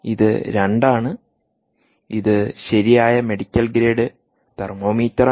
ഇത് 2 ആണ് ഇത് ശരിയായ മെഡിക്കൽ ഗ്രേഡ് തെർമോമീറ്ററാണ്